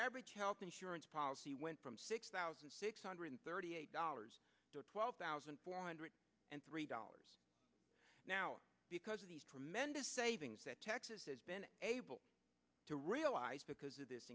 average health insurance policy went from six thousand six hundred thirty eight dollars to twelve thousand four hundred and three dollars now because of these tremendous savings that texas has been able to realize because of this